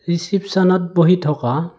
ৰিচিপশ্য়নত বহি থকা